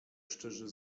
szczerze